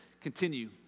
continue